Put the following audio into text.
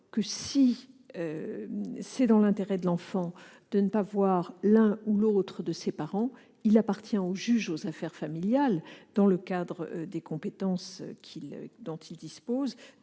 En outre, si l'intérêt de l'enfant est de ne pas voir l'un ou l'autre de ses parents, il appartient au juge aux affaires familiales, dans le cadre des compétences dont il dispose,